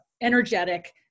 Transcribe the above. energetic